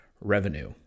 revenue